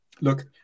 Look